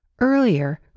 Earlier